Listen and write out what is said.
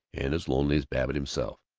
and as lonely as babbitt himself.